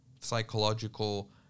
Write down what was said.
psychological